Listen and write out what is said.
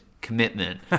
commitment